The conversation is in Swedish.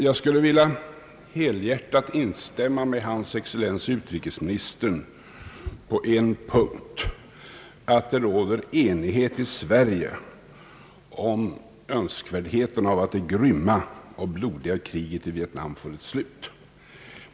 Jag skulle vilja helhjärtat instämma med hans excellens utrikesministern på en punkt: i Sverige råder enighet om önskvärdheten av att det grymma och blodiga kriget i Vietnam får ett slut.